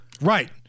right